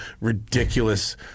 ridiculous